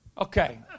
Okay